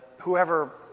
whoever